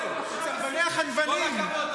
כל הכבוד,